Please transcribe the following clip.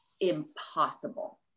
impossible